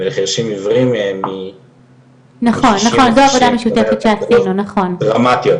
לחרשים עוורים היתה הגדלה דרמטית.